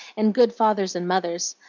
and good fathers and mothers.